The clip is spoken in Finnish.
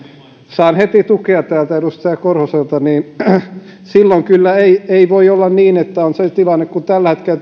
saan heti täältä tukea edustaja korhoselta niin silloin kyllä ei ei voi olla niin että on se tilanne kuin tällä hetkellä